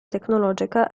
tecnologica